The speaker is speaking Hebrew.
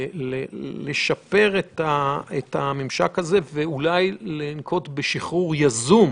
לשפר את הממשק הזה ואולי גם לנקוט בשחרור יזום